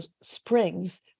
springs